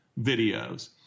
videos